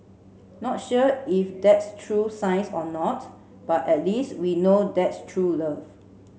not sure if that's true science or not but at least we know that's true love